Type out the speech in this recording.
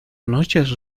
noches